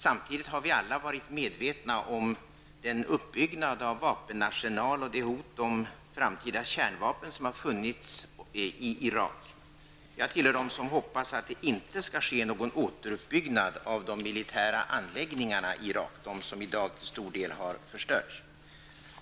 Samtidigt har vi alla varit medvetna om den uppbyggnad av vapenarsenalen och det hot om framtida kärnvapen som har funnits i Irak. Jag tillhör dem som hoppas att det inte skall ske någon återuppbyggnad av de militära anläggningarna i Irak -- de som i dag till stor del har förstörts.